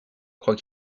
croient